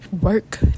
work